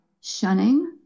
shunning